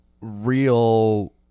real